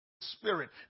Spirit